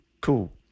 cool